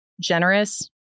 generous